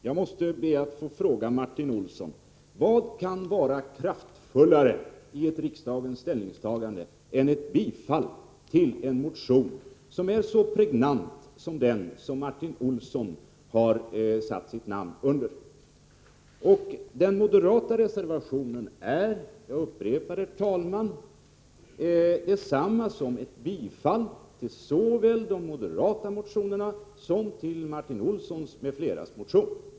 Herr talman! Jag måste be att få fråga Martin Olsson: Vad kan vara kraftfullare i ett riksdagens ställningstagande än ett bifall till en motion, som är så pregnant som den som Martin Olsson har satt sitt namn under? Den moderata reservationen innebär — jag upprepar det — detsamma som ett bifall till såväl de moderata motionerna som till Martin Olssons m.fl. motion.